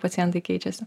pacientai keičiasi